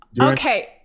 Okay